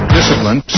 Discipline